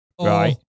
Right